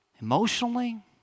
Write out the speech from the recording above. emotionally